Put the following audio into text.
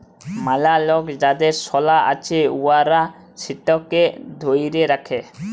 ম্যালা লক যাদের সলা আছে উয়ারা সেটকে ধ্যইরে রাখে